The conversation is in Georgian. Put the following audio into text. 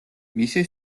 მისი